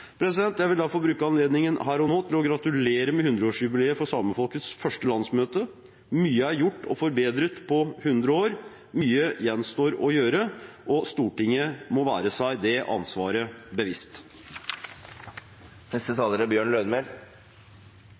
Jeg vil få bruke anledningen her og nå til å gratulere med 100-årsjubileet for samefolkets første landsmøte. Mye er gjort og forbedret på 100 år. Mye gjenstår å gjøre, og Stortinget må være seg det ansvaret bevisst.